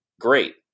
great